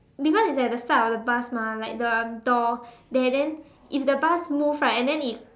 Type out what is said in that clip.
because it's at the side of the bus mah like the door there then if the bus move right and then it